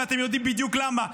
ואתם יודעים בדיוק למה,